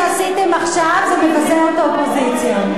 מה שעשיתם עכשיו, זה מבזה את האופוזיציה.